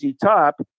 Top